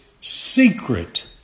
secret